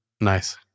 Nice